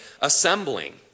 assembling